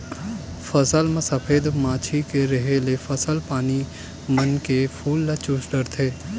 फसल म सफेद मांछी के रेहे ले फसल पानी मन के फूल ल चूस डरथे